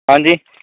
ਹਾਂਜੀ